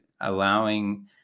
allowing